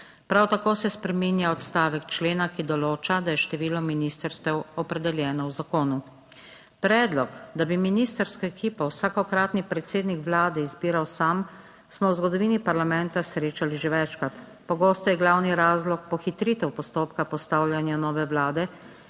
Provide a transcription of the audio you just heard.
Prav tako se spreminja odstavek člena, ki določa, da je število ministrstev opredeljeno v zakonu. Predlog, da bi ministrsko ekipo vsakokratni predsednik vlade izbiral sam, smo v zgodovini parlamenta srečali že večkrat. Pogosto je glavni razlog pohitritev postopka postavljanja nove vlade